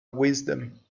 wisdom